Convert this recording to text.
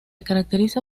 caracteriza